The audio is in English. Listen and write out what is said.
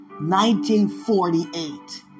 1948